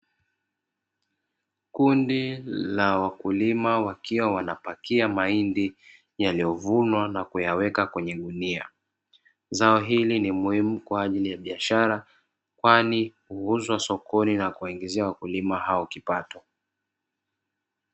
Kundi la wakulima wakiwa wanapakia mahindi yaliyovunwa na kuyaweka kwenye gunia. Zao hili ni muhumu kwa ajili ya biashara kwani huuzwa sokoni na kuwaingizia wakulima hao kipato.